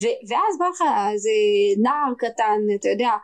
ואז בא לך איזה נער קטן, אתה יודע.